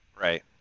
Right